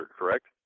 correct